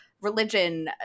religion